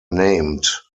named